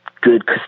good